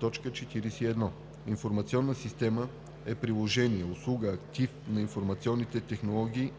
41. „Информационна система“ е приложение, услуга, актив на информационните технологии